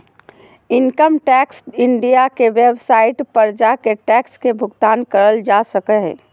income tax India के website पर जाके टैक्स के भुगतान करल जा सको हय